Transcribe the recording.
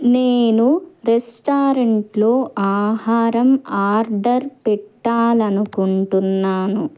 నేను రెస్టారెంట్లో ఆహారం ఆర్డర్ పెట్టాలనుకుంటున్నాను